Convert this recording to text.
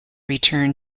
return